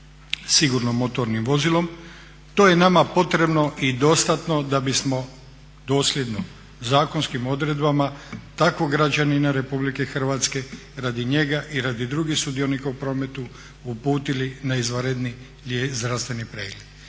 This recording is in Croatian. sigurno motornim vozilom. To je nama potrebno i dostatno da bismo dosljedno zakonskim odredbama takvog građanina RH radi njega i radi drugih sudionika u prometu uputili na izvanredni zdravstveni pregled.